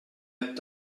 app